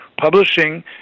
Publishing